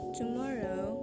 tomorrow